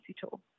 tool